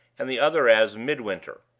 and the other as midwinter.